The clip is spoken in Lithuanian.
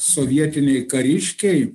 sovietiniai kariškiai